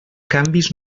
canvis